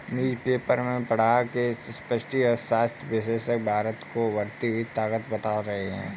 newspaper में पढ़ा की समष्टि अर्थशास्त्र विशेषज्ञ भारत को उभरती हुई ताकत बता रहे हैं